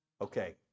Okay